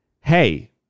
hey